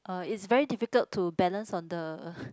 uh it's very difficult to balance on the